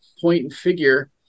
point-and-figure